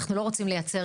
אנחנו לא רוצים לייצר,